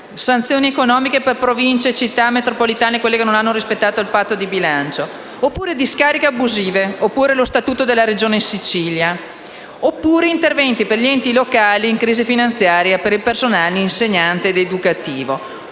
sanzioni economiche per Province e le Città metropolitane che non hanno rispettato il Patto di stabilità, di discariche abusive, dello Statuto della Regione siciliana, di interventi per gli enti locali in crisi finanziaria per il personale insegnante ed educativo,